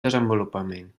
desenvolupament